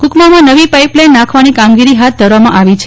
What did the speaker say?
કુકમામાં નવી પાઈપવાઈન નાખવાની કામગીરી હાથ ધરવામાં આવી છે